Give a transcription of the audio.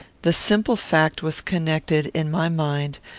the simple fact was connected, in my mind,